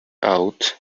out